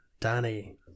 Danny